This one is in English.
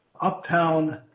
uptown